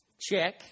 check